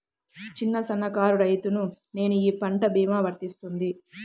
చిన్న సన్న కారు రైతును నేను ఈ పంట భీమా వర్తిస్తుంది?